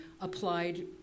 applied